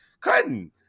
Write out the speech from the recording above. Cutting